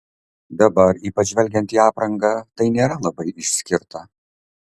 dabar ypač žvelgiant į aprangą tai nėra labai išskirta